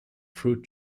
fruit